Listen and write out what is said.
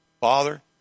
Father